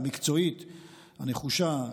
והמקצועית והנחושה,